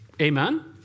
Amen